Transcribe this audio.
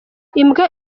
imbwa